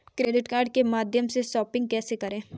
Credit card के माध्यम से शॉपिंग कैसे करें?